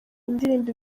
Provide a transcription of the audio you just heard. indirimbo